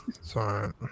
Sorry